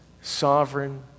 sovereign